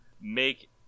make